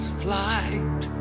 flight